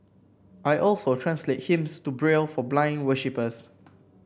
I also translate hymns to Braille for blind worshippers